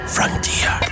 Frontier